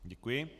Děkuji.